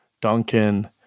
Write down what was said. Duncan